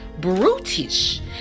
brutish